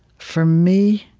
for me,